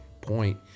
point